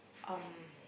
um